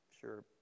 Sure